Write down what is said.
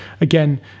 Again